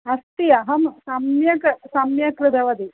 अस्ति अहं सम्यक् सम्यक् कृतवती